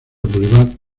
boulevard